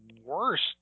worst